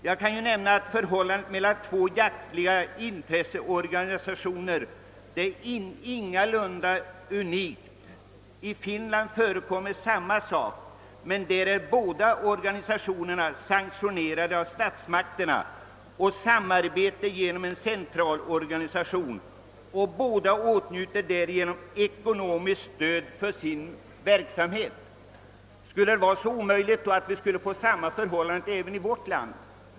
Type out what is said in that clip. Jag vill då framhålla att det ingalunda är unikt med två jaktliga organisationer i ett land. I Finland har man också två jägarorganisationer, men båda är sanktionerade av statsmakterna och samarbete sker genom ett centralt organ. Båda organisationerna åtnjuter därigenom ekonomiskt stöd för sin verksamhet. Skulle det vara omöjligt att ordna förhållandena på samma sätt i vårt land?